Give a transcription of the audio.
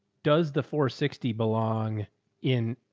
does the four sixty belong in.